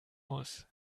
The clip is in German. muss